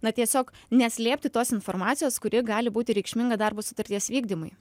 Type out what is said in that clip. na tiesiog neslėpti tos informacijos kuri gali būti reikšminga darbo sutarties vykdymui